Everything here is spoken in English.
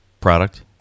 product